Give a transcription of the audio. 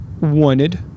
wanted